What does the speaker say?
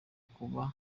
kuba